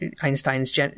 Einstein's